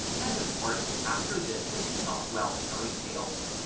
and of course after this they could not well carry tales.